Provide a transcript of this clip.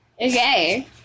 Okay